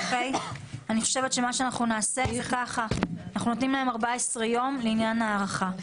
אני חושבת שניתן להם 14 יום לעניין הערכה.